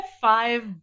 five